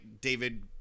David